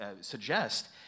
suggest